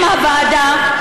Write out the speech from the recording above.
עם הוועדה,